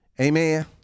amen